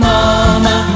Mama